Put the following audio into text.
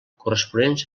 corresponents